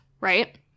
right